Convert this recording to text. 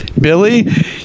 Billy